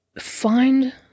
find